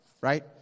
right